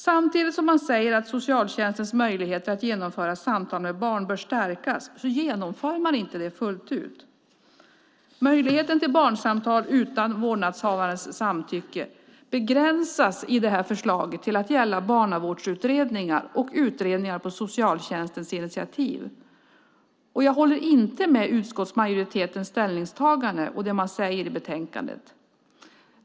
Samtidigt som man säger att socialtjänstens möjligheter att genomföra samtal med barn bör stärkas genomför man det inte fullt ut. Möjligheten till barnsamtal utan vårdnadshavarens samtycke begränsas i förslaget till att gälla barnavårdsutredningar och utredningar på socialtjänstens initiativ. Jag håller inte med utskottsmajoritetens ställningstagande och det man säger i betänkandet.